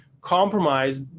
compromise